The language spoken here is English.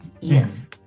Yes